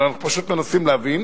אבל אנחנו פשוט מנסים להבין,